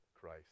Christ